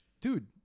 dude